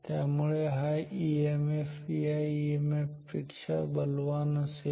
त्यामुळे हा ईएमएफ या ईएमएफ पेक्षा बलवान असेल